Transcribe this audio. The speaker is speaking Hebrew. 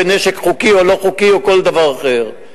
בנשק חוקי או לא-חוקי או כל דבר אחר.